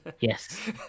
Yes